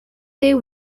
their